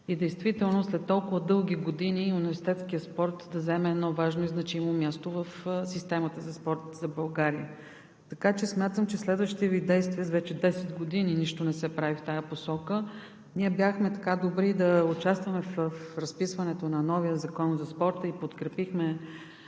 и действително след толкова дълги години университетският спорт да заеме едно важно и значимо място в системата за спорт в България. Така че смятам, че следващите Ви действия… Вече 10 години нищо не се прави в тази посока. Ние бяхме така добри да участваме в разписването на новия Закон за спорта и го подкрепихме